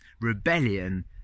rebellion